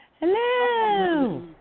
Hello